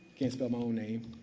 can't spell my own name.